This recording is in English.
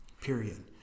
Period